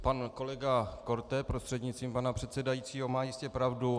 Pan kolega Korte prostřednictvím pana předsedajícího má jistě pravdu.